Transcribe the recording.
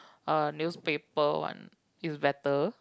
uh newspaper one is better